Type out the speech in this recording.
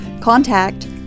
contact